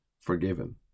forgiven